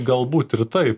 galbūt ir taip